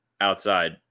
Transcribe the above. outside